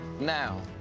Now